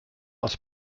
aus